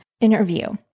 interview